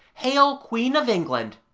hail, queen of england